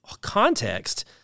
context